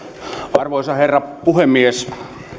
arvoisa herra puhemies